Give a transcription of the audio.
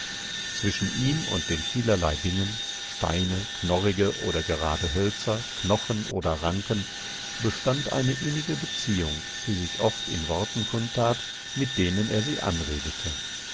zwischen ihm und den vielerlei dingen steine knorrige oder gerade hölzer knochen oder ranken bestand eine innige beziehung die sich oft in worten kundtat mit denen er sie anredete